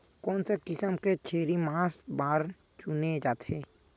कोन से किसम के छेरी मांस बार चुने जाथे?